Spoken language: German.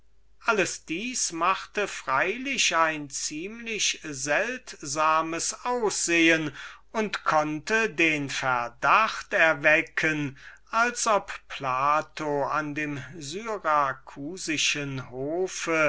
alles dieses machte freilich ein ziemlich seltsames aussehen und konnte den verdacht erwecken als ob plato an dem syracusischen hofe